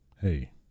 hey